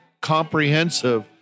comprehensive